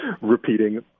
repeating